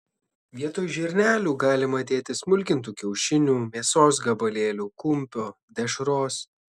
vietoj žirnelių galima dėti smulkintų kiaušinių mėsos gabalėlių kumpio dešros